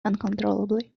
uncontrollably